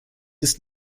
ist